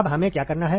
अब हमें क्या करना है